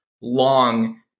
long